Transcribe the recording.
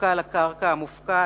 הנפקע לקרקע המופקעת,